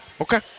Okay